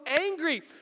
angry